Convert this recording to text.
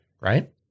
right